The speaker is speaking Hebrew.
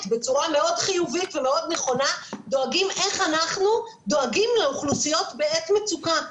בצורה מאוד חיובית ומאוד נכונה דואגים לאוכלוסיות בעת מצוקה,